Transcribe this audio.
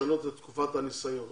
ולשנות את תקופת הניסיון.